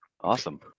awesome